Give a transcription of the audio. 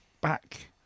back